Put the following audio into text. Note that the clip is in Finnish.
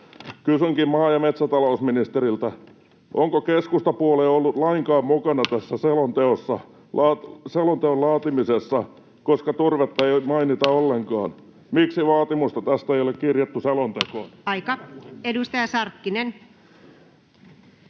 Kysynkin maa‑ ja metsätalousministeriltä: Onko keskustapuolue ollut lainkaan mukana tässä selonteon laatimisessa, koska turvetta ei mainita ollenkaan? Miksi vaatimusta tästä ei ole kirjattu selontekoon? [Puhemies: Aika!] Edustaja Sarkkinen.